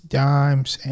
dimes